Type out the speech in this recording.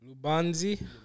Lubanzi